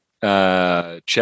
check